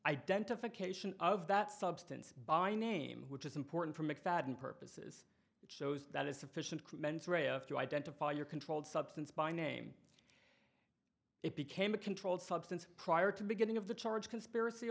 identification of that substance by name which is important for mcfadden purposes which shows that is sufficient crude mens rea of to identify your controlled substance by name it became a controlled substance prior to beginning of the charge conspiracy